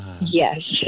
Yes